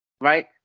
Right